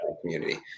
community